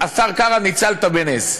השר קרא, ניצלת בנס.